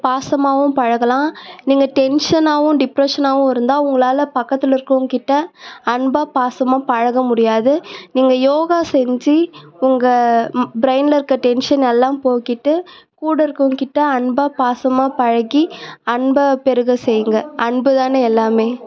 பாசமாகவும் பழகலாம் நீங்கள் டென்ஷனாகவும் டிப்ரெஷனாகவும் இருந்தால் உங்களால் பக்கத்தில் இருக்கி றவங்கக்கிட்ட அன்பாக பாசமாக பழக முடியாது நீங்கள் யோகா செஞ்சு உங்கள் ப்ரைன்ல இருக்க டென்ஷனல்லாம் போக்கிட்டு கூட இருக்கிறவங்கக்கிட்ட அன்பாக பாசமாக பழகி அன்பை பெறுக செய்யுங்க அன்புதானே எல்லாமே